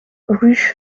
rue